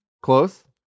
Close